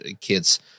kids